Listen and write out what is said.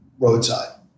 Roadside